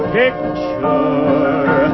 picture